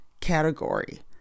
category